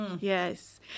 Yes